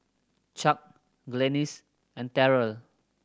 Chuck Glennis and Terrell